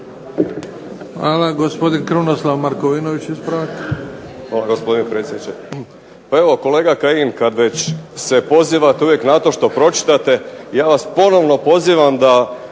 Hvala. Gospodin Krunoslav Markovinović, ispravak. **Markovinović, Krunoslav (HDZ)** Pa evo kolega Kajin, kad već se pozivate uvijek na to što pročitate ja vas ponovno pozivam da